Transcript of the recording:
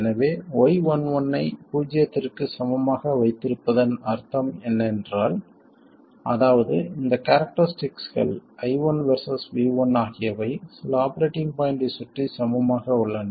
எனவே y11 ஐ பூஜ்ஜியத்திற்கு சமமாக வைத்திருப்பதன் அர்த்தம் என்ன என்றால் அதாவது இந்த கேரக்டரிஸ்டிக்கள் I1 வெர்சஸ் V1 ஆகியவை சில ஆபரேட்டிங் பாய்ண்ட்டைச் சுற்றி சமமாக உள்ளன